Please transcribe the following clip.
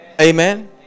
Amen